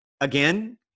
Again